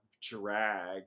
drag